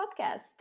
podcast